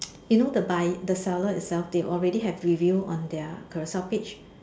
you know the buy the seller itself they already have review on their Carousell page